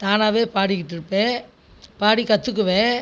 தானாகவே பாடிகிட்டுருப்பேன் பாடி கற்றுக்குவேன்